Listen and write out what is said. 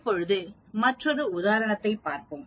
இப்போது மற்றொரு உதாரணத்தைப் பார்ப்போம்